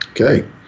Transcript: Okay